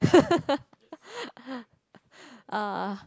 uh